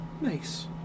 nice